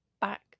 back